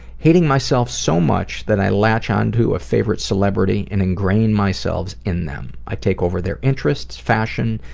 hating myself so much that i latch on to a favorite celebrity and ingrain myself in them. i take over their interests, fashion,